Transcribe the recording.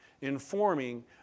informing